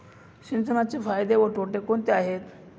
सिंचनाचे फायदे व तोटे कोणते आहेत?